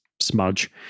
smudge